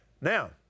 Now